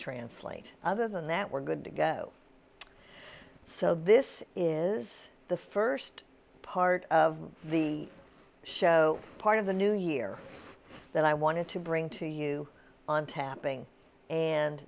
translate other than that we're good to go so this is the first part of the show part of the new year that i wanted to bring to you on tapping and